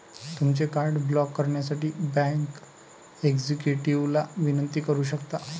तुमचे card block करण्यासाठी bank एक्झिक्युटिव्हला विनंती करू शकता